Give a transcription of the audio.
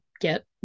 get